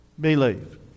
Believe